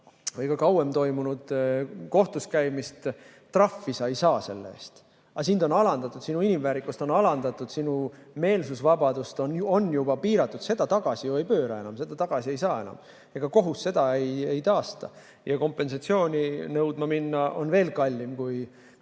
või ka kauem toimunud kohtuskäimist sa küll trahvi ei saa, aga sind on alandatud, sinu inimväärikust on alandatud, sinu meelsusvabadust on juba piiratud – seda enam tagasi ei pööra, seda tagasi ei saa ju. Ega kohus seda ei taasta ja kompensatsiooni nõudma minna on veel kallim kui